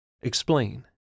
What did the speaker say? Explain